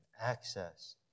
access